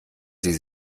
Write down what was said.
sie